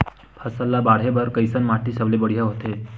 फसल ला बाढ़े बर कैसन माटी सबले बढ़िया होथे?